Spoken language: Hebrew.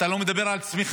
אתה לא מדבר על צמיחה,